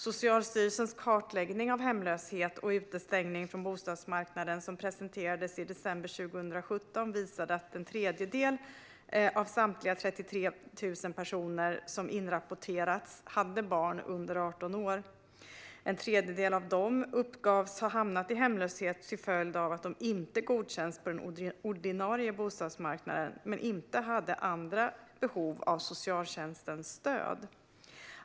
Socialstyrelsens kartläggning av hemlöshet och utestängning från bostadsmarknaden som presenterades i december 2017 visade att en tredjedel av samtliga 33 000 personer som inrapporterats hade barn under 18 år. En tredjedel av dessa uppgavs ha hamnat i hemlöshet till följd av att de inte godkänts på den ordinarie bostadsmarknaden, men de hade inga andra behov av socialtjänstens stöd.